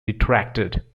retracted